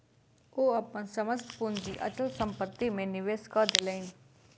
ओ अपन समस्त पूंजी अचल संपत्ति में निवेश कय देलैन